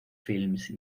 filmes